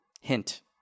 hint